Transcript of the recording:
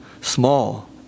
small